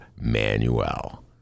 Manuel